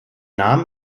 namen